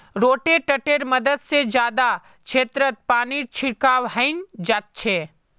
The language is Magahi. रोटेटरैर मदद से जादा क्षेत्रत पानीर छिड़काव हैंय जाच्छे